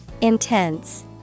Intense